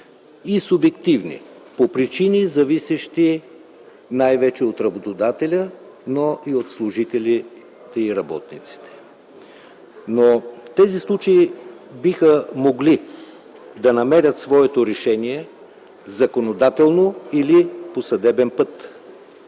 и субективни – по причини, зависещи най-вече от работодателя, но и от служителите и работниците. Но тези случаи биха могли да намерят своето решение законодателно или по съдебен път.